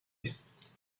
است